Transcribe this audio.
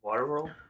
Waterworld